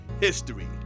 history